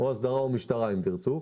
או הדרה או משטרה, אם תרצו.